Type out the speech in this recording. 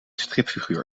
stripfiguur